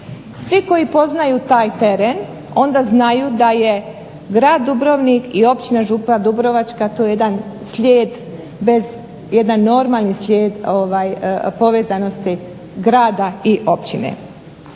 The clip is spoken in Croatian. Svi koji poznaju taj teren onda znaju da je grad Dubrovnik i općina Župa Dubrovačka to jedan slijed bez, jedan normalni slijed povezanosti grada i općine.